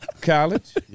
college